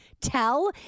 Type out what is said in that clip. tell